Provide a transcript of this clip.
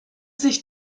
sich